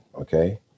Okay